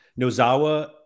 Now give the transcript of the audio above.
Nozawa